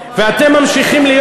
ואתם ממשיכים להיות